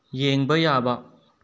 ꯌꯦꯡꯕ ꯌꯥꯕ